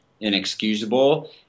inexcusable